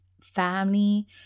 Family